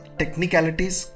technicalities